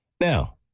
Now